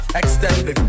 extended